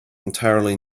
entirely